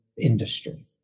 industry